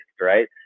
right